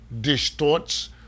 distorts